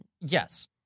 Yes